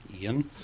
Ian